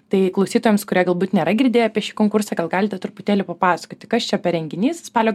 tai klausytojams kurie galbūt nėra girdėję apie šį konkursą gal galite truputėlį papasakoti kas čia per renginys spalio